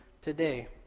today